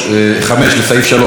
לסעיף 3, לא עברה.